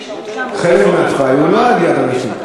חלק מהתוואי הוא לא ליד אנשים.